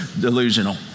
delusional